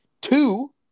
Two